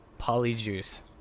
Polyjuice